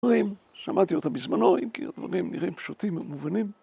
‫דברים, שמעתי אותם בזמנו, ‫הם דברים נראים פשוטים ומובנים.